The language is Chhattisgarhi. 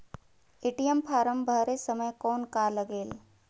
ए.टी.एम फारम भरे समय कौन का लगेल?